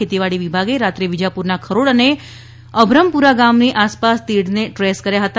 ખેતીવાડી વિભાગે રાત્રે વીજાપુરના ખરોડ અને અભરમપુરા ગામની આસપાસ તીડને ટ્રેસ કર્યા હતા